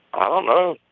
i don't know.